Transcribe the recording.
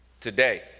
today